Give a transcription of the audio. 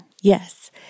Yes